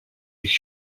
ich